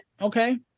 Okay